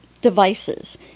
devices